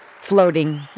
floating